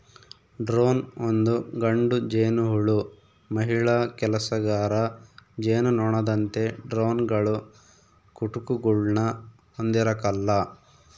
drone ಒಂದು ಗಂಡು ಜೇನುಹುಳು ಮಹಿಳಾ ಕೆಲಸಗಾರ ಜೇನುನೊಣದಂತೆ ಡ್ರೋನ್ಗಳು ಕುಟುಕುಗುಳ್ನ ಹೊಂದಿರಕಲ್ಲ